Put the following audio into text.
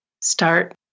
start